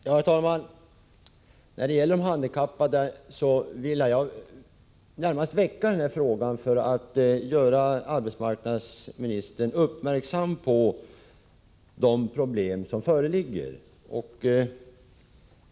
Herr talman! När det gäller de handikappade ville jag närmast väcka den här frågan för att göra arbetsmarknadsministern uppmärksam på de problem som föreligger.